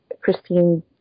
Christine